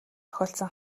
тохиолдсон